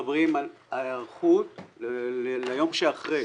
אנחנו מדברים על היערכות ליום שאחרי.